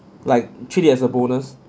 like treat it as a bonus